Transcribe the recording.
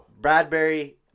Bradbury